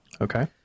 Okay